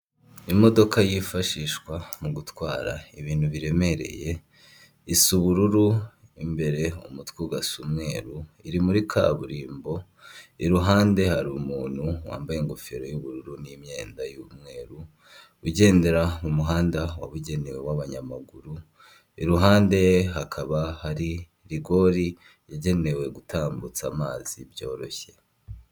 Abakozi bane ba emutiyene n'umuntu umwe uje gushaka serivisi, ku byapa bafite hariho amatelefone manini cyane agezweho, handitseho amagambo agira ati wikwisondeka, kanda akanyenyeri gatatu, kane gatanu, akanyenyeri zeru maze wihahire interineti nziza.